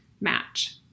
match